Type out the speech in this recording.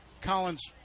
Collins